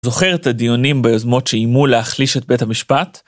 זוכר את הדיונים והיוזמות שאיימו להחליש את בית המשפט?